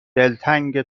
دلتنگ